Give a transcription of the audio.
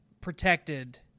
protected